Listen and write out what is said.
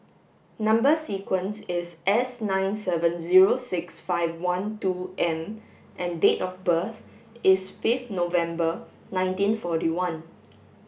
number sequence is S nine seven zero six five one two M and date of birth is fifth November nineteen fourty one